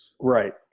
Right